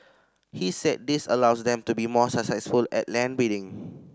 he said this allows them to be more successful at land bidding